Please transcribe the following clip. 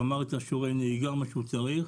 גמר את שיעורי הנהיגה מה שהוא צריך,